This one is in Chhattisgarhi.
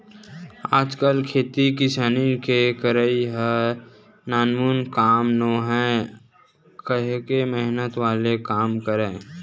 आजकल खेती किसानी के करई ह नानमुन काम नोहय काहेक मेहनत वाले काम हरय